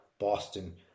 Boston